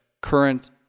current